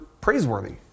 praiseworthy